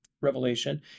revelation